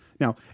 Now